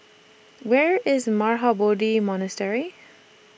Where IS Mahabodhi Monastery